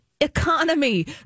economy